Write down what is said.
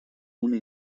una